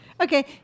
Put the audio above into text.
Okay